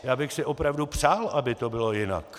Já bych si opravdu přál, aby to bylo jinak.